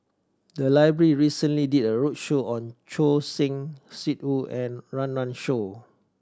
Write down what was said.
the library recently did a roadshow on Choor Singh Sidhu and Run Run Shaw